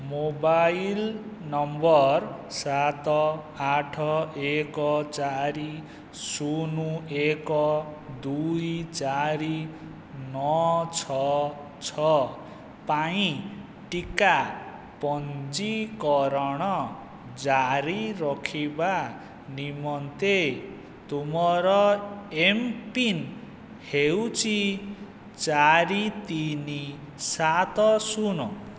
mobile number ସାତ ଆଠ ଏକ ଚାରି ଶୂନ ଏକ ଦୁଇ ଚାରି ନଅ ଛଅ ଛଅ ପାଇଁ ଟିକା ପଞ୍ଜୀକରଣ ଜାରି ରଖିବା ନିମନ୍ତେ ତୁମର ଏମ୍ ପିନ୍ ହେଉଛି ଚାରି ତିନି ସାତ ଶୂନ